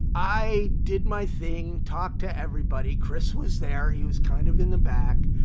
i did my thing, talked to everybody. chris was there he was kind of in the back.